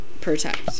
protect